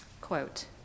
quote